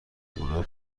گروه